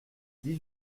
dix